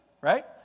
right